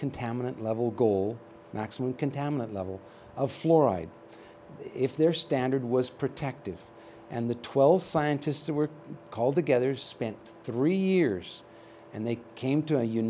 contaminant level goal maximum contaminant level of fluoride if their standard was protective and the twelve scientists who were called together spent three years and they came to